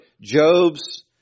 Job's